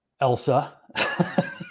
elsa